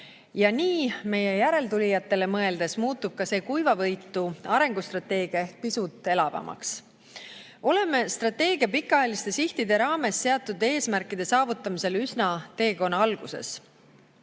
Nii, meie järeltulijatele mõeldes, muutub see kuivavõitu arengustrateegia ehk pisut elavamaks. Oleme strateegia pikaajaliste sihtide raames seatud eesmärkide saavutamisel üsna teekonna alguses.